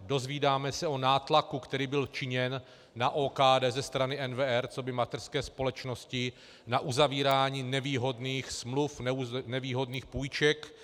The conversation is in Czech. Dozvídáme se o nátlaku, který byl činěn na OKD ze strany NWR coby mateřské společnosti na uzavírání nevýhodných smluv, nevýhodných půjček